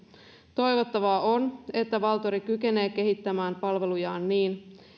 toivottavaa on että valtori kykenee kehittämään palvelujaan niin